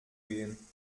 gehen